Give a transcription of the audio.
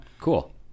Cool